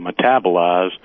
metabolize